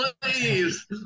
please